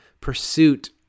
pursuit